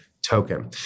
token